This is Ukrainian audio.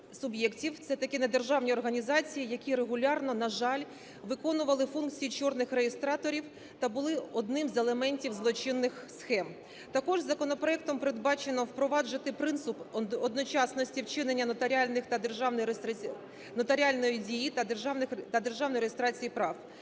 це такі недержавні організації, які регулярно, на жаль, виконували функції "чорних" реєстраторів та були одним з елементів злочинних схем. Також законопроектом передбачено впровадити принцип одночасності вчинення нотаріальних та державних… нотаріальної